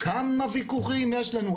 כמה ויכוחים יש לנו.